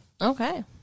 Okay